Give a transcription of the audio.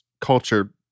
culture